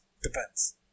Depends